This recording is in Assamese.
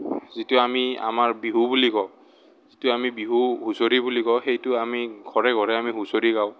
যিটো আমি আমাৰ বিহু বুলি কওঁ যিটো আমি বিহু হুঁচৰি বুলি কওঁ সেইটো আমি ঘৰে ঘৰে আমি হুঁচৰি গাওঁ